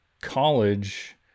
college